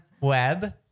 web